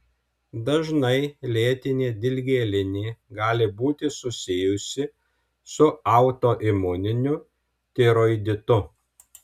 dažnai lėtinė dilgėlinė gali būti susijusi su autoimuniniu tiroiditu